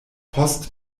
post